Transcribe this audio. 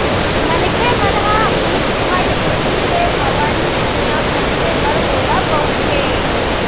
मनखे मन ह इस्थाई पूंजी ले भवन, भुइयाँ खरीदें बर ओला बउरथे